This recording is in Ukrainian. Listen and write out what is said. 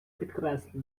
підкреслити